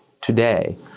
today